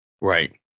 Right